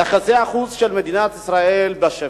יחסי החוץ של מדינת ישראל בשפל.